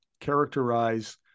characterize